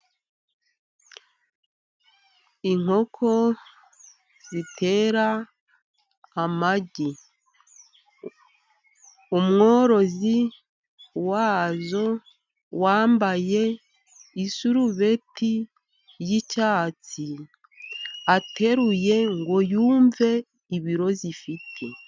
Inkoko zitera amagi, umworozi wazo wambaye isurubeti y'icyatsi, ateruye ngo yumve ibiro zifite.